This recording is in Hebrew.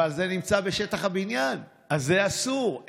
אבל זה נמצא בשטח הבניין אז זה אסור.